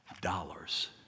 dollars